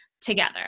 together